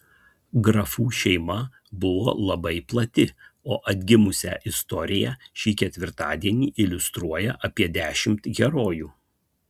grafų šeima buvo labai plati o atgimusią istoriją šį ketvirtadienį iliustruoja apie dešimt herojų